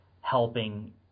helping